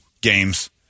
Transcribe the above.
games